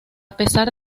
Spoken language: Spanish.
pesar